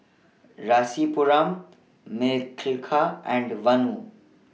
Rasipuram Milkha and Vanu